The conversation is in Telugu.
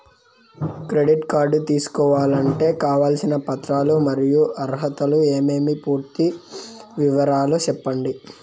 క్రెడిట్ కార్డు తీసుకోవాలంటే కావాల్సిన పత్రాలు మరియు అర్హతలు ఏమేమి పూర్తి వివరాలు సెప్పండి?